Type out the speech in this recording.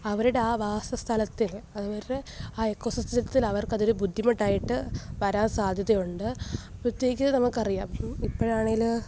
അവരുടെ ആ വാസസ്ഥലത്തെയും അവരുടെ ആ എക്കൊ സിസ്റ്റത്തിൽ അവര്ക്കതൊരു ബുദ്ധിമുട്ടായിട്ടു വരാന് സാദ്ധ്യതയുണ്ട് ഇപ്പോഴത്തേക്കു നമുക്കറിയാം ഇപ്പോഴാണേൽ